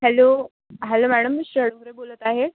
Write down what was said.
hello hello madam मी शर्वर बोलत आहे